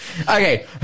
Okay